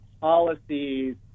policies